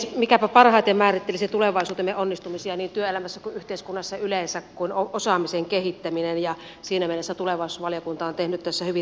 mikäpä paremmin määrittelisi tulevaisuutemme onnistumisia niin työelämässä kuin yhteiskunnassa yleensä kuin osaamisen kehittäminen ja siinä mielessä tulevaisuusvaliokunta on tehnyt tässä hyvin tärkeää työtä